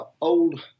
old